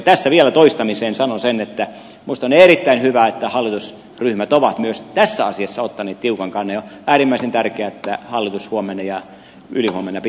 tässä vielä toistamiseen sanon sen että minusta on erittäin hyvä että hallitusryhmät myös ovat tässä asiassa ottaneet tiukan kannan ja on äärimmäisen tärkeää että hallitus huomenna ja ylihuomenna pitää tästä kiinni